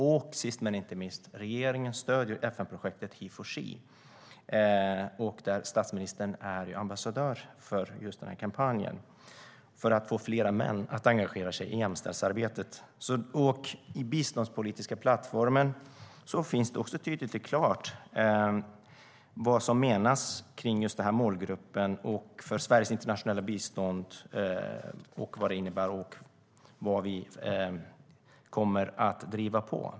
Och, sist men inte minst, regeringen stöder FN-projektet He For She. Statsministern är ambassadör för just den kampanjen för att få fler män att engagera sig i jämställdhetsarbetet. I den biståndspolitiska plattformen är det också tydligt och klart vad som menas kring just den här målgruppen och Sveriges internationella bistånd, vad det innebär och vad vi kommer att driva på.